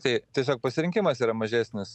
tai tiesiog pasirinkimas yra mažesnis